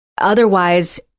otherwise